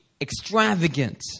extravagant